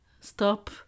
Stop